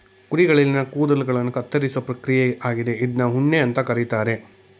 ಕುರಿಗಳಲ್ಲಿನ ಕೂದಲುಗಳನ್ನ ಕತ್ತರಿಸೋ ಪ್ರಕ್ರಿಯೆ ಆಗಿದೆ ಇದ್ನ ಉಣ್ಣೆ ಅಂತ ಕರೀತಾರೆ